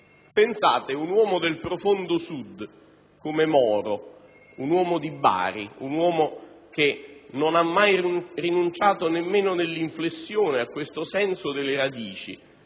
Pensate, un uomo del profondo Sud come Moro, un uomo di Bari, un uomo che non ha mai rinunciato nemmeno nell'inflessione a questo senso delle radici,